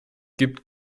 gibt